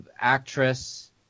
actress